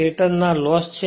સ્ટેટરના loss છે